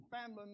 family